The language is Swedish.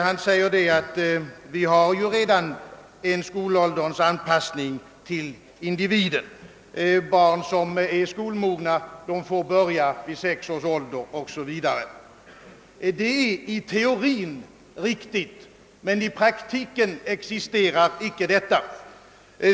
Han säger, att vi ju redan har en skolålderns anpassning till individen; barn som är skolmogna får börja vid sex års ålder o. s. v. Det är i teorin riktigt, men i praktiken existerar inte denna möjlighet.